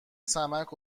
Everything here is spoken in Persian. سمعک